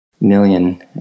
million